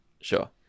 Sure